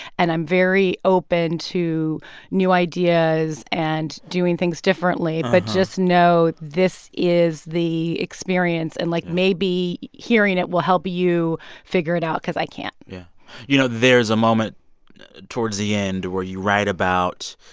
and i'm very open to new ideas and doing things differently. but just know this is the experience. and, like, maybe, hearing it will help you figure it out because i can't yeah you know, there is a moment towards the end where you write about